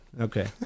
Okay